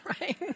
right